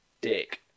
dick